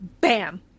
bam